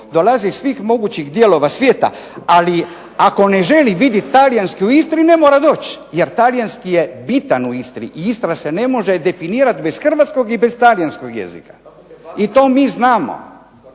dolaze iz svih mogućih dijelova svijeta, ali ako ne želi vidjeti talijanski u Istri ne mora doći jer talijanski je bitan u Istri i Istra se ne može definirati bez hrvatskog i bez talijanskog jezika. I to mi znamo.